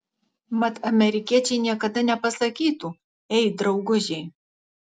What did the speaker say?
mat amerikiečiai niekada nepasakytų ei draugužiai